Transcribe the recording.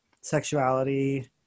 Sexuality